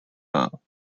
except